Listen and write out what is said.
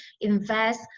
invest